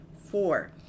Four